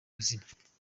bazima